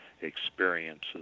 experiences